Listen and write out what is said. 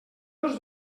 dels